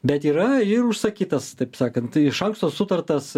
bet yra ir užsakytas taip sakant iš anksto sutartas